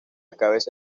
cabeza